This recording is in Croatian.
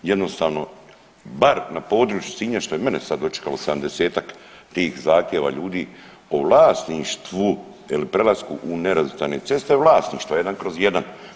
Jednostavno bar na području Sinja što je mene sad dočekalo 70-tak tih zahtjeva ljudi o vlasništvu ili prelasku u nerazvrstane ceste je vlasništvo 1/1.